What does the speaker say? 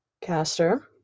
Caster